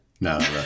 No